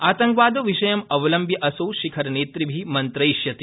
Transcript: आतंकवाद विषयमवलम्ब्यासौ शिखर नेतृभि मन्त्रयिष्यति